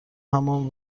همان